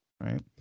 right